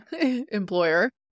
employer